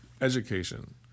Education